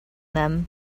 them